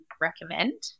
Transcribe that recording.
recommend